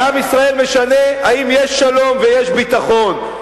לעם ישראל משנה אם יש שלום ויש ביטחון.